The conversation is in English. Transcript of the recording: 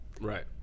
Right